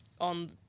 on